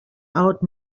out